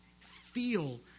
feel